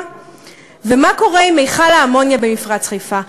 ומה קורה עם מכל האמוניה במפרץ חיפה.